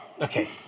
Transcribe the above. Okay